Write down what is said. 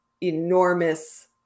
enormous